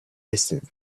distance